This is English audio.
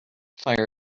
fire